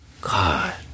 God